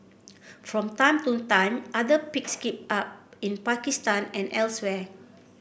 from time to time other picks it up in Pakistan and elsewhere